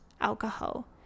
alcohol